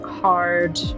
hard